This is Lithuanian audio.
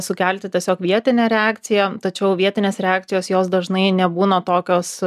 sukelti tiesiog vietinę reakciją tačiau vietinės reakcijos jos dažnai nebūna tokios